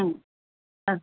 अस्